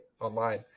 online